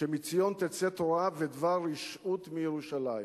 שמציון תצא תורה ודבר רשעות מירושלים.